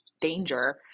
danger